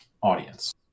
audience